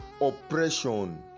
Oppression